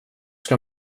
ska